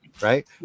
Right